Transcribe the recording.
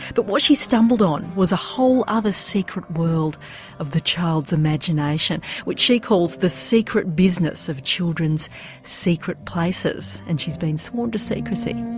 but what she stumbled on was a whole other secret world of the child's imagination, which she calls the secret business of children's secret places. and she's been sworn to secrecy!